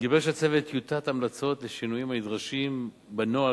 גיבש הצוות טיוטת המלצות לשינויים הנדרשים בנוהל,